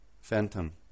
Phantom